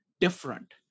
different